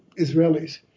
Israelis